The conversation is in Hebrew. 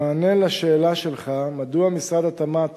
במענה לשאלה שלך, מדוע משרד התמ"ת